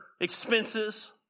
expenses